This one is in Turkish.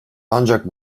ancak